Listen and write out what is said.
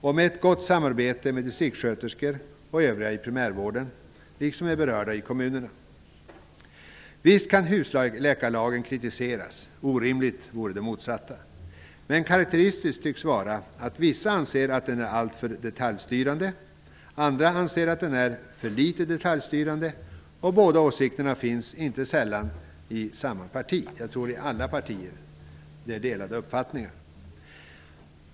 Det blir ett gott samarbete med distriktssköterskor och andra inom primärvården liksom med berörda i kommunerna. Visst kan husläkarlagen kritiseras. Det motsatta vore orimligt. Men karakteristiskt tycks vara att vissa anser lagen vara alltför detaljstyrande. Andra anser att den är för litet detaljstyrande. Båda åsikterna finns inte sällan inom samma parti. Jag tror att det råder delade uppfattningar inom alla partier.